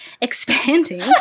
expanding